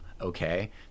okay